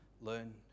learn